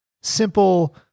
simple